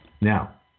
Now